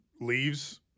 leaves